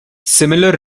similar